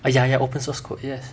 ya ya open source code yes